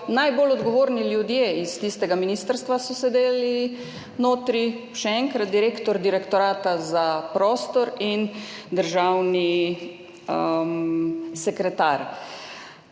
najbolj odgovorni ljudje s tistega ministrstva so sedeli notri, še enkrat, direktor Direktorata za prostor in državni sekretar.